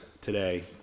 today